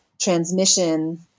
transmission